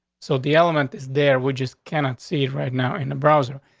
so the element is there. we just cannot see it right now in the browser.